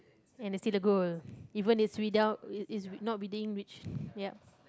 and they still to go even is without is not reading reach ya